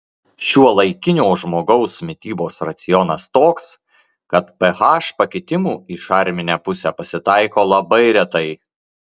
šiuolaikinio žmogaus mitybos racionas toks kad ph pakitimų į šarminę pusę pasitaiko labai retai